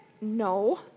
No